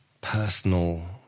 personal